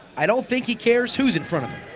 i dont think he cares who is infront of